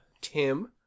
Tim